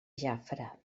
jafre